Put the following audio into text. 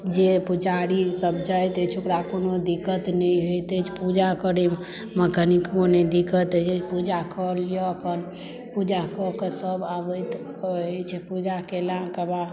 जे पुजारी सभ जाइत अछि ओकरा कोनो दिक्कत नहि होइत अछि पूजा करयमे कनिक मनिक दिक्कत होइत अछि पूजा कर लिअ अपन पूजा कऽ कऽ सभ आबैत अछि पूजा केलाके बाद